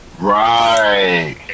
right